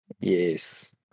Yes